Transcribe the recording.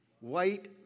White